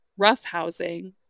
roughhousing